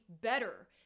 better